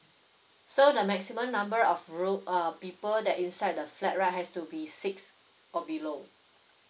so the maximum number of room uh people that inside the flat right has to be six or below